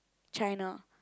China